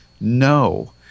no